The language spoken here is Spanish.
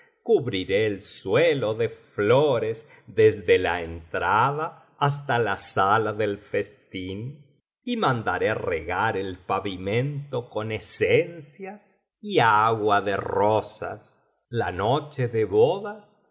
cubriré el suelo de flores desde la entrada hasta la sala del festín y mandare regar el pavimento con esencias y agua de rosas la noche ele bodas